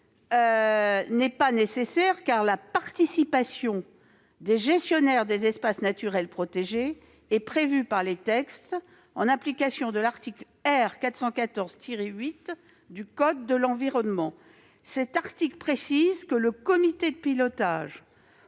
droit en vigueur. Ainsi, la participation des gestionnaires des espaces naturels protégés est prévue par les textes, en application de l'article R. 414-8 du code de l'environnement. Cet article précise que le comité de pilotage